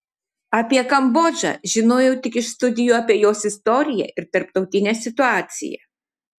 apie kambodžą žinojau tik iš studijų apie jos istoriją ir tarptautinę situaciją